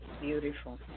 beautiful